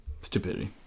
Stupidity